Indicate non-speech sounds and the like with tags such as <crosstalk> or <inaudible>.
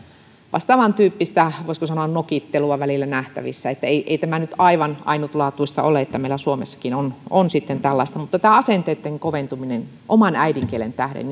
vastaavantyyppistä voisiko sanoa nokittelua välillä nähtävissä niin että ei tämä nyt aivan ainutlaatuista ole että meillä suomessakin on on sitten tällaista mutta tämä asenteitten koventuminen oman äidinkielen tähden <unintelligible>